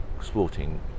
sporting